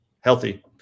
healthy